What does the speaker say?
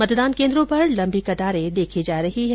मतदान केन्द्रों पर लम्बी कतारे देखी जा रही है